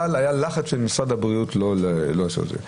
אבל היה לחץ של משרד הבריאות לא לעשות את זה.